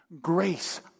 grace